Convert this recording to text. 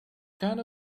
kind